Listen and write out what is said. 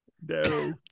No